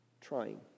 trying